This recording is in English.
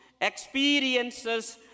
experiences